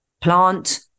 plant